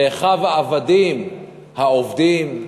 לאחיו העבדים העובדים.